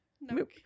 No